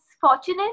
fortunate